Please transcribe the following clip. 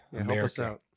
America